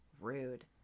rude